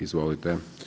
Izvolite.